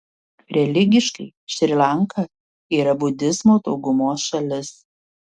religiškai šri lanka yra budizmo daugumos šalis